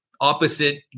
opposite